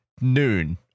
noon